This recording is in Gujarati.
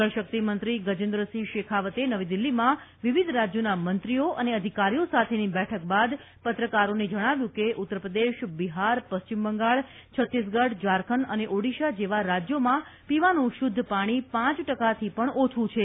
જળશક્તિમંત્રી ગજેન્દ્રસિંહ શેખાવતે નવી દીલ્હીમાં વિવિધ રાજયોના મંત્રીઓ અને અધિકારીઓ સાથેની બેઠક બાદ પત્રકારોને જણાવ્યું કે ઉત્તરપ્રદેશ બિહાર પશ્ચિમ બંગાળ છત્તીસગઢ ઝારખંડ અને ઓડીશા જેવાં રાજ્યોમાં પીવાનું શુદ્ધ પાણી પાંચ ટકાથી પણ ઓછું છે